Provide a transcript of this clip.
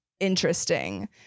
interesting